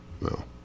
No